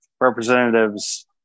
representatives